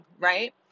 right